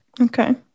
Okay